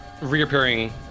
Reappearing